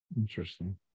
Interesting